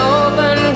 open